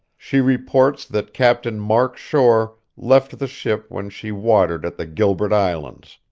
she reports that captain mark shore left the ship when she watered at the gilbert islands.